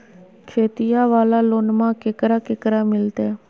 खेतिया वाला लोनमा केकरा केकरा मिलते?